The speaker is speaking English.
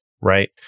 right